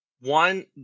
one